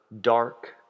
dark